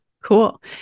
Cool